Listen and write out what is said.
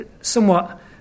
somewhat